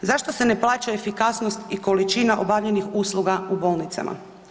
Zašto se ne plaća efikasnost i količina obavljenih usluga u bolnicama?